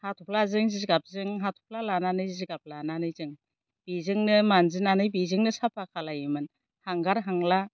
हाथ'फ्ला जों जिगाबजों हाथ'फ्ला लानानै जिगाब लानानै जों बिजोंनो मानजिनानै बिजोंनो साफा खालायोमोन हांगार हांला